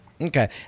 Okay